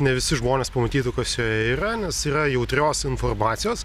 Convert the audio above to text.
ne visi žmonės pamatytų kas joje yra nes yra jautrios informacijos